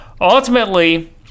Ultimately